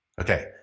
okay